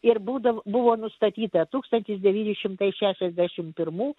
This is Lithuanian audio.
ir būdavo buvo nustatyta tūkstantis devyni šimtai šešiasdešimt pirmų